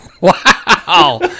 Wow